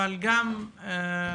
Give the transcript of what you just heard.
אבל גם רעים,